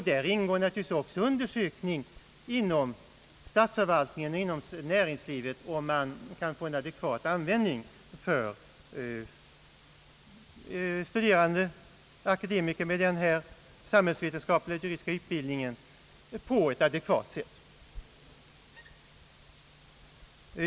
Där ingår också undersökning inom statsförvaltningen och inom nä ringslivet om hur man skall kunna få en adekvat användning för en ökad mängd akademiker.